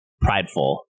prideful